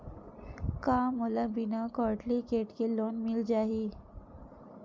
का मोला बिना कौंटलीकेट के लोन मिल जाही?